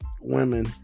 women